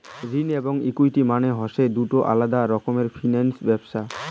ঋণ এবং ইকুইটি মানে হসে দুটো আলাদা রকমের ফিনান্স ব্যবছস্থা